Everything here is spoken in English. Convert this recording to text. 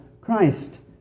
Christ